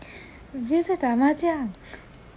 你还在打麻将